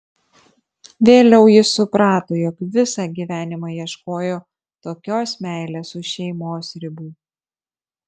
vėliau jis suprato jog visą gyvenimą ieškojo tokios meilės už šeimos ribų